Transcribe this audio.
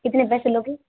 कितने पैसे लोगे